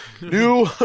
New